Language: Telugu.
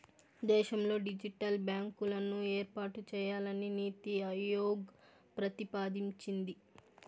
దేశంలో డిజిటల్ బ్యాంకులను ఏర్పాటు చేయాలని నీతి ఆయోగ్ ప్రతిపాదించింది